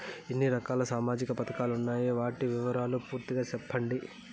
ఎన్ని రకాల సామాజిక పథకాలు ఉండాయి? వాటి వివరాలు పూర్తిగా సెప్పండి?